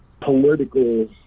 political